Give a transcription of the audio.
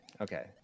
Okay